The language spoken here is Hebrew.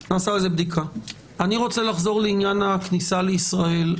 אני רוצה לחזור לעניין הכניסה לישראל.